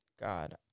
God